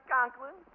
Conklin